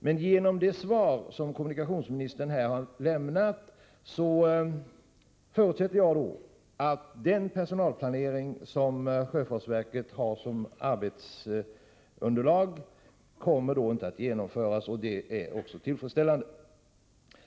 Men efter det svar som kommunikationsministern här har lämnat förutsätter jag att den plan för personaldisposition som sjöfartsverket har som arbetsunderlag inte kommer att genomföras. Det är också tillfredsställande.